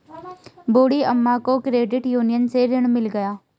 बूढ़ी अम्मा को credit union से ऋण मिल गया है